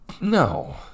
No